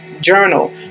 journal